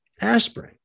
aspirin